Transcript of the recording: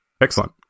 Excellent